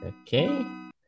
Okay